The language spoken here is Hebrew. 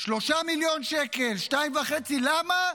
3 מיליון שקל, 2.5, למה?